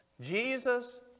Jesus